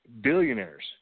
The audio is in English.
billionaires